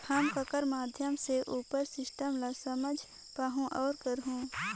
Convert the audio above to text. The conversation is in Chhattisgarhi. हम ककर माध्यम से उपर सिस्टम ला समझ पाहुं और करहूं?